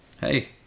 Hey